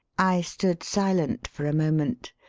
i stood silent for a moment.